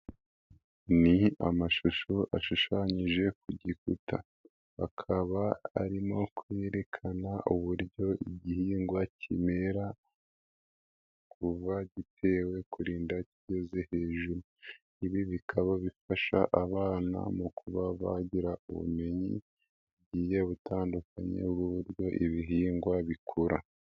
Ni amashusho ashushanyije ku gikuta, bakaba arimo kwerekana uburyo igihingwa kimera kuva gitewe kurinda kigeze hejuru, ibi bikaba bifasha abana mu kuba bagira ubumenyi bugiye butandukanye uburyo ibihingwa bikura.